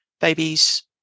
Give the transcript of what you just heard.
babies